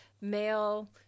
male